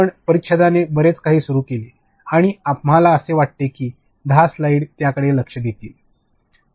आपण या परिच्छेदाने बरेच काही सुरू केले आहे आणि आम्हाला वाटते की या १० स्लाइड्स त्याकडे लक्ष देतील